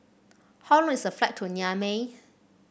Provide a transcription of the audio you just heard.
how long is the flight to Niamey